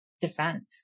defense